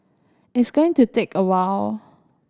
it's going to take a while